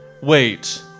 Wait